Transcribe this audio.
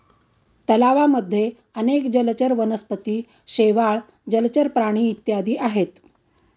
तलावांमध्ये अनेक जलचर वनस्पती, शेवाळ, जलचर प्राणी इत्यादी आहेत